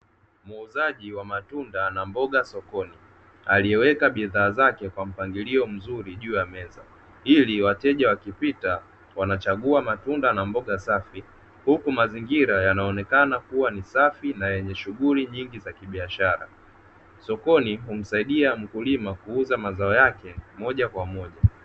Muuzaji wa matunda na mboga sokoni, aliyeweka bidhaa zake kwa mpangilio mzuri juu ya meza, ili wateja wakipita wanachagua matunda na mboga safi, huku mazingira yanaonekana kuwa ni safi na yenye shughuli nyingi za kibiashara. Sokoni humsaidia mkulima kuuza mazao yake moja kwa moja.